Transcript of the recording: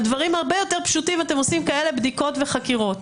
על דברים הרבה יותר פשוטים אתם עושים כאלה בדיקות וחקירות.